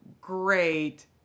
great